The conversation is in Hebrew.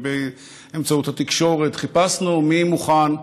ובאמצעות התקשורת חיפשנו מי מוכן לתרום.